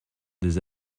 des